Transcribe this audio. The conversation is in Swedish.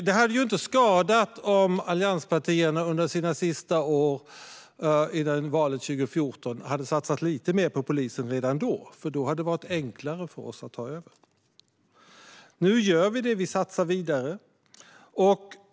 Det hade inte skadat om allianspartierna redan under sina sista år före valet 2014 hade satsat lite mer på polisen, för då hade det varit enklare för oss att ta över. Nu gör vi det, och vi satsar vidare.